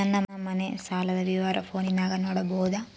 ನನ್ನ ಮನೆ ಸಾಲದ ವಿವರ ಫೋನಿನಾಗ ನೋಡಬೊದ?